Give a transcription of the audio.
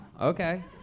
Okay